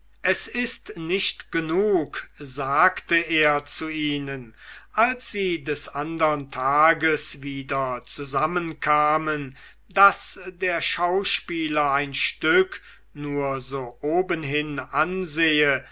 es ist nicht genug sagte er zu ihnen als sie des andern tages wieder zusammenkamen daß der schauspieler ein stück nur so obenhin ansehe